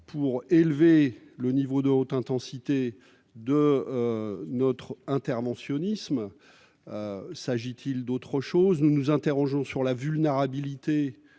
d'élever le niveau de haute intensité de notre interventionnisme ou s'agit-il d'autre chose ? Nous nous interrogeons sur la vulnérabilité